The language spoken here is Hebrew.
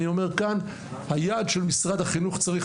אני אומר כאן היעד של משרד החינוך צריך